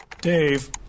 Dave